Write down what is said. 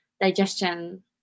digestion